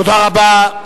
תודה רבה.